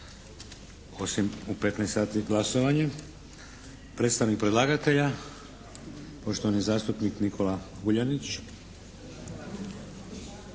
osim u 15 sati glasovanje. Predstavnik predlagatelja, poštovani zastupnik Nikola Vuljanić.